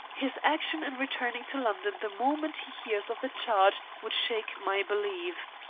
his action in returning to london the moment he hears of the charge would shake my belief.